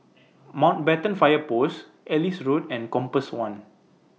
Mountbatten Fire Post Ellis Road and Compass one